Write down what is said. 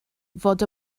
fod